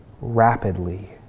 rapidly